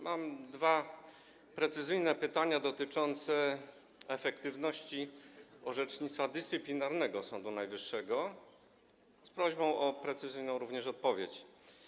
Mam dwa precyzyjne pytania dotyczące efektywności orzecznictwa dyscyplinarnego Sądu Najwyższego z równoczesną prośbą o precyzyjną odpowiedź.